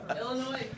Illinois